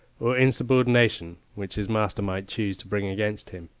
or insubordination which his master might choose to bring against him.